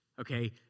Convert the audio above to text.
okay